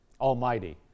Almighty